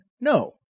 No